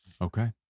Okay